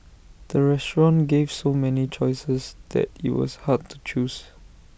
the restaurant gave so many choices that IT was hard to choose